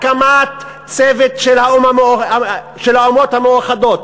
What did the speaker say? הקמת צוות של האומות המאוחדות,